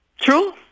True